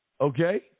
Okay